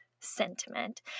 sentiment